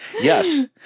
Yes